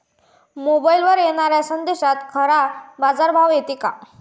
मोबाईलवर येनाऱ्या संदेशात खरा बाजारभाव येते का?